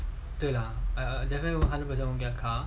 对了 err definitely one hundred percent won't get a car